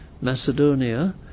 Macedonia